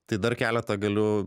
tai dar keletą galiu